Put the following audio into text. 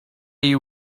you